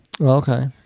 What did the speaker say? okay